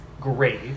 great